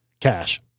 Cash